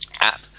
app